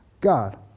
God